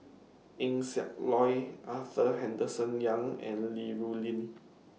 Eng Siak Loy Arthur Henderson Young and Li Rulin